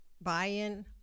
buy-in